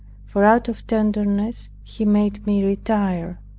for out of tenderness he made me retire.